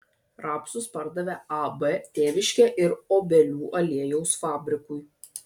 rapsus pardavė ab tėviškė ir obelių aliejaus fabrikui